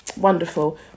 wonderful